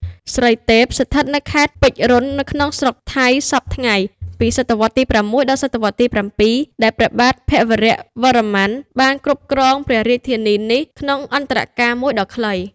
ស្រីទេព ស្ថិតនៅខេត្ត ពេជ្ររ៉ុន ក្នុងស្រុកថៃសព្វថ្ងៃ ពីសតវត្សរ៍ទី៦ ដល់ សតវត្សរ៍ទី៧ ដែលព្រះបាទភវវរ្ម័នបានគ្រប់គ្រងព្រះរាជធានីនេះ ក្នុងអន្តរកាលមួយ ដ៏ខ្លី ។